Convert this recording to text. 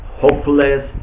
hopeless